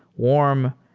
warm,